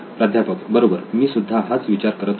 प्राध्यापक बरोबर मी सुद्धा हाच विचार करत होतो